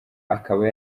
akaba